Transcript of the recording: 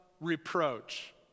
reproach